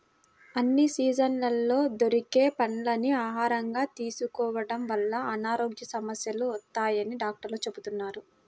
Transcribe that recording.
అన్ని సీజన్లలో దొరికే పండ్లని ఆహారంగా తీసుకోడం వల్ల అనారోగ్య సమస్యలు తలెత్తవని డాక్టర్లు చెబుతున్నారు